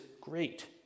great